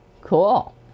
Cool